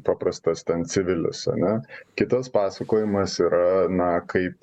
paprastas ten civilis ane kitas pasakojimas yra na kaip